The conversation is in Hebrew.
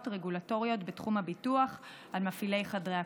רגולטוריות בתחום הביטוח על מפעילי חדרי הכושר.